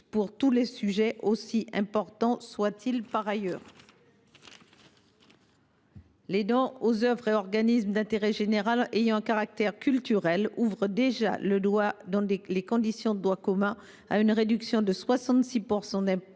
pour tous les sujets, aussi importants soient ils. Les dons aux œuvres et organismes d’intérêt général ayant un caractère culturel ouvrent déjà droit, dans les conditions de droit commun, à une réduction de 66 %, dans